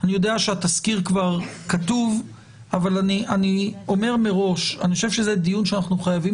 אני יודע שהתזכיר כבר כתוב אבל אני אומר מראש שאנחנו חייבים